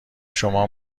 شما